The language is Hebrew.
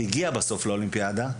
הגיע בסוף לאולימפיאדה,